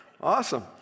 Awesome